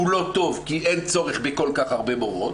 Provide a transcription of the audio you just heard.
לא טוב כי אין צורך בכל כך הרבה מורות,